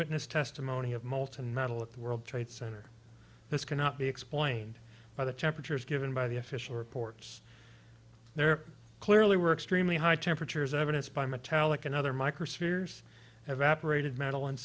witness testimony of molten metal at the world trade center this cannot be explained by the temperatures given by the official reports there clearly were extremely high temperatures evidence by metallic and other microspheres evaporated m